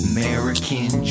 American